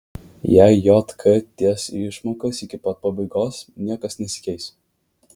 jei jk tęs įmokas iki pat pabaigos niekas nesikeis